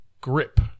grip